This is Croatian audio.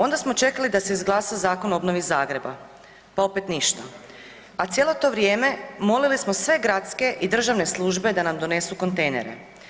Onda smo čekali da se izglasa Zakon o obnovi Zagreba, pa opet ništa, a cijelo to vrijeme molili smo sve gradske i državne službe da nam donesu kontejnere.